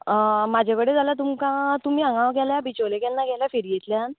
म्हजे कडेन जाल्यार तुमकां तुमी हांगा गेल्या बिचोले केन्ना गेल्या फेरयेंतल्यान